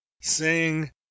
sing